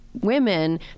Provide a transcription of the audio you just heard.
women